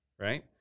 right